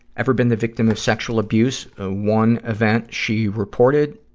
ever been the victim of sexual abuse? ah one event, she reported.